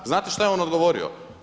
Znate šta je on odgovorio?